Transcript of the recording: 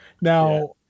now